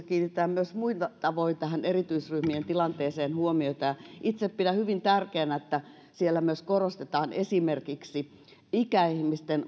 kiinnitetään myös muilla tavoin tähän erityisryhmien tilanteeseen huomiota ja itse pidän hyvin tärkeänä että siellä korostetaan myös esimerkiksi ikäihmisten